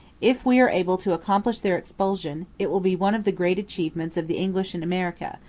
if we are able to accomplish their expulsion, it will be one of the great achievements of the english in america,